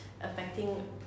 affecting